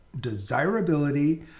desirability